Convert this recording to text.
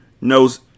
Knows